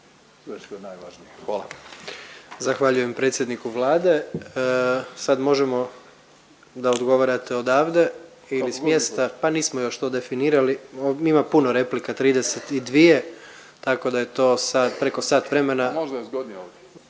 Zahvaljujem predsjedniku Vlade. Sad možemo da odgovarate odavde ili s mjesta. Pa nismo još to definirali. Ima puno replika, 32 tako da je to sad preko sat vremena. …/Upadica Plenković: